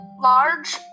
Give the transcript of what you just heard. large